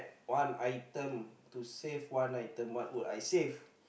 one item to save one item what would I save